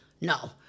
No